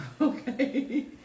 Okay